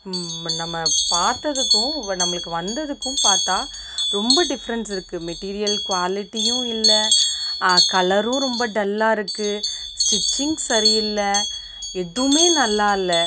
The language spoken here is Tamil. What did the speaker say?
நம்ம பார்த்ததுக்கும் நம்மளுக்கு வந்ததுக்கும் பார்த்தா ரொம்ப டிஃப்ரென்ட்ஸ் இருக்குது மேட்டீரியல் குவாலிட்டியும் இல்லை கலரும் ரொம்ப டல்லா இருக்குது ஸ்டிச்சிங் சரி இல்லை எதுவுமே நல்லால்ல